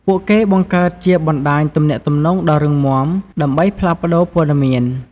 ពួកគេបង្កើតជាបណ្តាញទំនាក់ទំនងដ៏រឹងមាំ ដើម្បីផ្លាស់ប្តូរព័ត៌មាន។